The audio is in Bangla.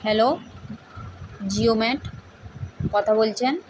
হ্যালো জিওমেট কথা বলছেন